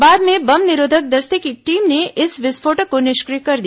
बाद में बम निरोधक दस्ते की टीम ने इस विस्फोटक को निष्क्रिय कर दिया